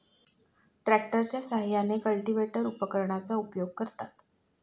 ट्रॅक्टरच्या साहाय्याने कल्टिव्हेटर उपकरणाचा उपयोग करतात